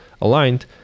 aligned